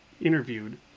interviewed